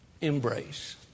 embrace